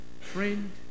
friend